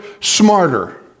smarter